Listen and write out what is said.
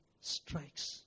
strikes